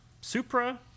Supra